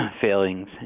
failings